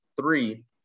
three